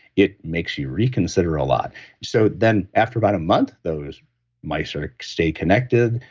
it makes you reconsider a lot so then after about a month, those mice sort of stay connected.